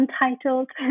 untitled